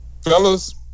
fellas